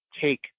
take